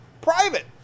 private